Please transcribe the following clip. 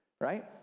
right